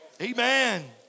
Amen